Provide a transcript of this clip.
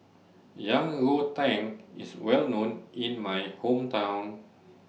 Yang Rou Tang IS Well known in My Hometown